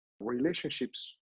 Relationships